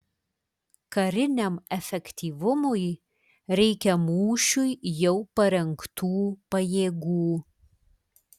kariniam efektyvumui reikia mūšiui jau parengtų pajėgų